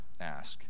ask